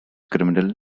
criminal